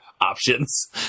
options